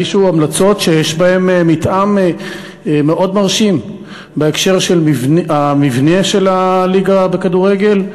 הגישו המלצות שיש בהן מתאם מאוד מרשים בהקשר של המבנה של הליגה בכדורגל,